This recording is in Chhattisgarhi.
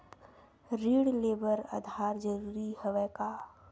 ऋण ले बर आधार जरूरी हवय का?